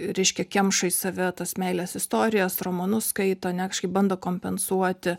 reiškia kemša į save tas meilės istorijas romanus skaito ane kažkaip bando kompensuoti